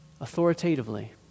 authoritatively